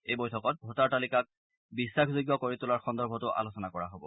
এই বৈঠকত ভোটাৰ তালিকাক বিশ্বাসযোয্য কৰি তোলাৰ সন্দৰ্ভতো আলোচনা কৰা হব